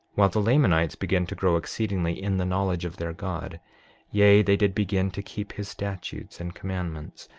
while the lamanites began to grow exceedingly in the knowledge of their god yea, they did begin to keep his statutes and commandments,